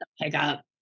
Pickup